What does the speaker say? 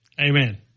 amen